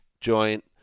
joint